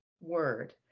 word